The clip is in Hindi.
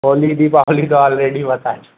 होली दीपावली तो ऑलरेडी बता चुके